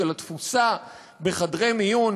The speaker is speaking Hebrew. של התפוסה בחדרי מיון,